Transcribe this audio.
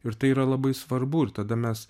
ir tai yra labai svarbu ir tada mes